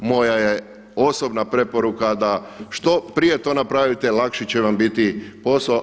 Moja je osobna preporuka da što prije to napravite, lakše će vam biti posao.